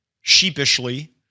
sheepishly